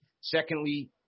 Secondly